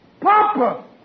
Papa